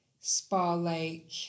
spa-like